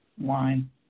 wine